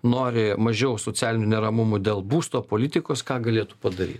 nori mažiau socialinių neramumų dėl būsto politikos ką galėtų padaryt